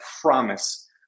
promise